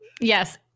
Yes